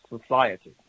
society